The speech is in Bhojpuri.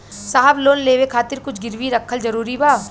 साहब लोन लेवे खातिर कुछ गिरवी रखल जरूरी बा?